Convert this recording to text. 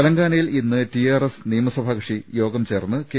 തെലങ്കാനയിൽ ഇന്ന് T R S നിയമസഭാകക്ഷിയോഗം ചേർന്ന് കെ